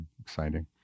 exciting